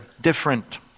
different